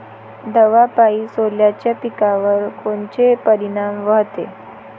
दवापायी सोल्याच्या पिकावर कोनचा परिनाम व्हते?